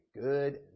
good